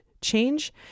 change